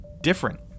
different